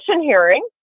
hearing